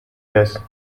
this